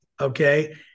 Okay